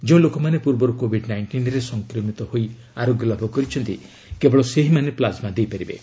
ଯେଉଁ ଲୋକମାନେ ପୂର୍ବରୁ କୋଭିଡ୍ ନାଇଷ୍ଟିନ୍ରେ ସଂକ୍ରମିତ ହୋଇ ଆରୋଗ୍ୟ ଲାଭ କରିଛନ୍ତି କେବଳ ସେହିମାନେ ପ୍ଲାଜ୍ମା ଦେଇପାରିବେ